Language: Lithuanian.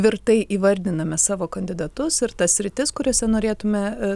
tvirtai įvardiname savo kandidatus ir tas sritis kuriose norėtume